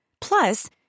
Plus